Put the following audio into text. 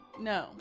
No